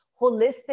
holistic